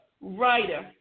writer